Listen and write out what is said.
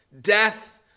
death